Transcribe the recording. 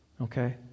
Okay